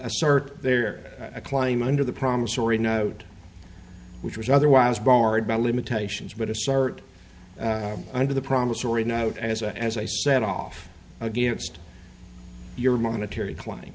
assert their claim under the promissory note which was otherwise barred by limitations but a start under the promissory note as a as a set off against your monetary climbing